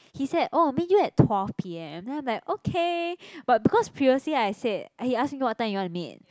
he said oh meet you at twelve P_M then I'm like okay but because previously I said he ask me what time you want to meet